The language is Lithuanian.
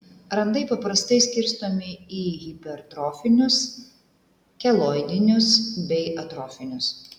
randai paprastai skirstomi į hipertrofinius keloidinius bei atrofinius